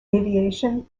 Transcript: aviation